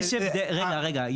יש הבדל, רגע, רגע.